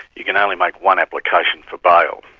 you can only make one application for bail.